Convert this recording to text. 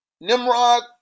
Nimrod